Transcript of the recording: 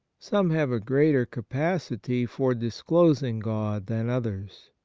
some have a greater capacity for disclosing god than others.